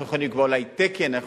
אנחנו יכולים לקבוע אולי תקן ואנחנו